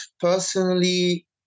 Personally